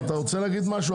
רוצה להגיד משהו?